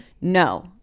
no